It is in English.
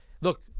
look